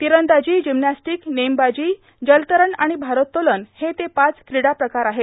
तिरंदाजी जिमनॅस्टिक नेमबाजी जलतरण आणि भारोत्तोलन हे ते पाच क्रीडा प्रकार आहेत